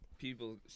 people